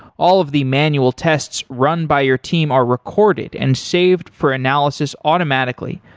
all of the manual tests run by your team are recorded and saved for analysis automatically,